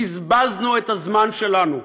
בזבזנו את הזמן שלנו.